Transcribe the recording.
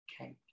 okay